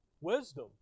Wisdom